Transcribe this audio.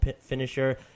finisher